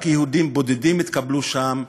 רק יהודים בודדים התקבלו שם,